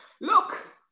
Look